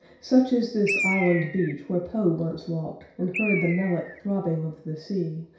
such is this island beach where poe once walked, and heard the melic throbbing of the sea,